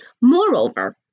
Moreover